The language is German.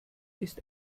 ist